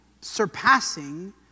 surpassing